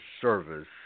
service